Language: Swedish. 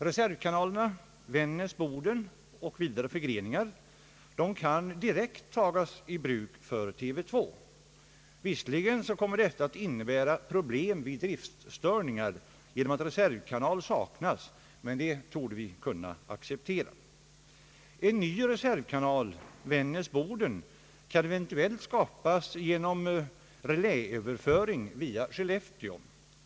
Reservkanalerna Vännäs—Boden och vidare förgreningar kan direkt tagas i bruk för TV 2. Visserligen kommer detta att inebära problem vid driftstörningar därför att reservkanal saknas, men det borde vi kunna acceptera. En ny reservkanal på sträckan Vännäs—Boden kan eventuellt skapas genom reläöverföring via Skellefteå.